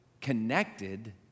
connected